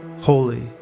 holy